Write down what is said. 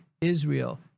Israel